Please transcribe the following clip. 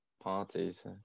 parties